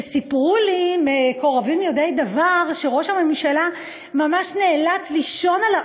וסיפרו לי מקורבים יודעי דבר שראש הממשלה ממש נאלץ לישון על העוקם,